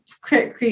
create